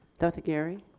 dr. geary.